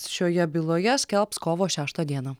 šioje byloje skelbs kovo šeštą dieną